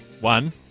One